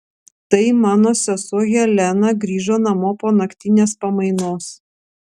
tai mano sesuo helena grįžo namo po naktinės pamainos